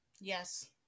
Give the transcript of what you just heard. Yes